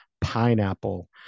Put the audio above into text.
pineapple